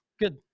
good